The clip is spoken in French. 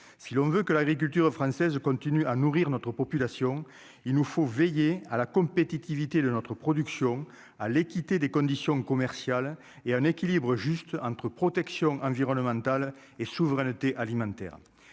si l'on veut que l'agriculture française continue à nourrir notre population, il nous faut veiller à la compétitivité de notre production à l'équité des conditions commerciales et un équilibre juste entre protection environnementale et souveraineté alimentaire,